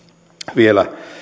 vielä